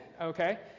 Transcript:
Okay